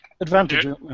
advantage